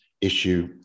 issue